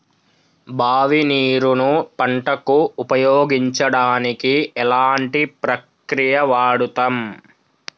బావి నీరు ను పంట కు ఉపయోగించడానికి ఎలాంటి ప్రక్రియ వాడుతం?